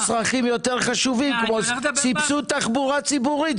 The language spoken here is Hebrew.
צרכים יותר חשובים כמו סבסוד תחבורה ציבורית?